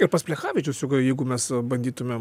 ir pats plechavičius jeigu jeigu mes bandytumėm